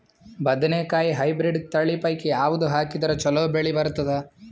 ಬದನೆಕಾಯಿ ಹೈಬ್ರಿಡ್ ತಳಿ ಪೈಕಿ ಯಾವದು ಹಾಕಿದರ ಚಲೋ ಬೆಳಿ ಬರತದ?